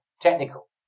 technical